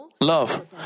love